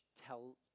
tell